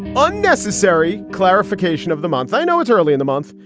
unnecessary clarification of the month. i know it's early in the month,